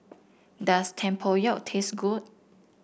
does Tempoyak taste good